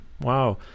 wow